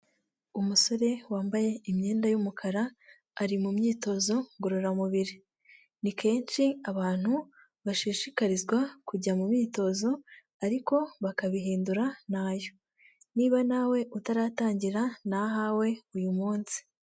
Umusore wambaye imyenda y'umukara ari mu myitozo ngororamubiri. Ni kenshi abantu bashishikarizwa kujya mu myitozo ariko bakabihindura n'ayo, n'iba nawe utaratangira ni ahawe uyu munsi.